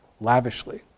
lavishly